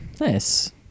Nice